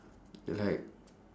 like